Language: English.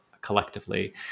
collectively